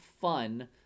fun